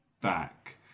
back